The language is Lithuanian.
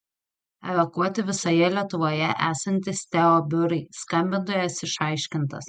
evakuoti visoje lietuvoje esantys teo biurai skambintojas išaiškintas